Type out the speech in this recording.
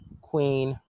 Queen